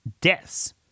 Deaths